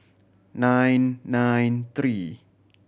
nine nine three